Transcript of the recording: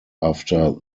after